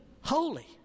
Holy